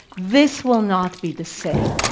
this will not be the same.